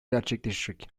gerçekleşecek